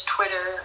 Twitter